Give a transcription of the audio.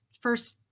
first